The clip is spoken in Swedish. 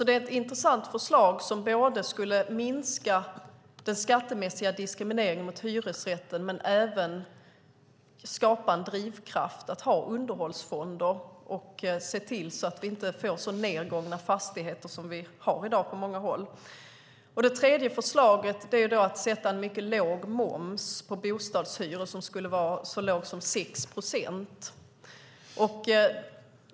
Det är ett intressant förslag som skulle minska den skattemässiga diskrimineringen av hyresrätten, skapa en drivkraft att ha underhållsfonder och göra att vi inte fick så nedgångna fastigheter som vi har i dag på många håll. Det tredje förslaget är att sätta en mycket låg moms för hyresrätter, så låg som 6 procent.